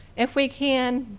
if we can,